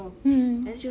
mm